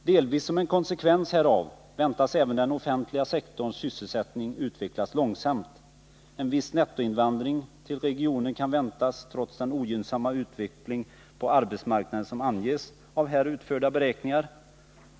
Delvis som en konsekvens härav väntas även den offentliga sektorns sysselsättning utvecklas långsamt. En viss nettoinvandring till regionen kan väntas trots den ogynnsamma utveckling på arbetsmarknaden som anges av här utförda beräkningar.